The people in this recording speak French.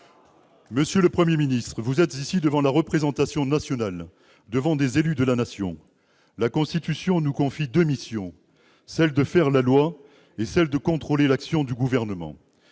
Monsieur le Premier ministre, vous êtes ici devant la représentation nationale, devant des élus de la Nation. La Constitution nous confie deux missions : faire la loi et contrôler l'action du Gouvernement.